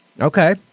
Okay